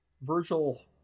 Virgil